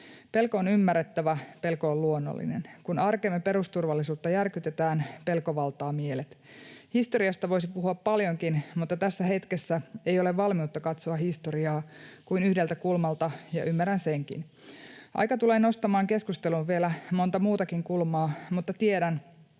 Pelko on ymmärrettävä, pelko on luonnollinen. Kun arkemme perusturvallisuutta järkytetään, pelko valtaa mielet. Historiasta voisi puhua paljonkin, mutta tässä hetkessä ei ole valmiutta katsoa historiaa kuin yhdeltä kulmalta, ja ymmärrän senkin. Aika tulee nostamaan keskusteluun vielä monta muutakin kulmaa, mutta tiedän,